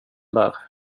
där